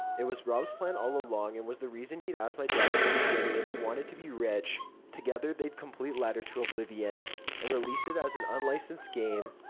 it was rob's plan all along and was the reason he'd asked my dad at the beginning if he wanted to be rich. together they'd complete ladder to oblivion and release it as an unlicensed game.